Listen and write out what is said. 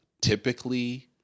typically